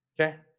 Okay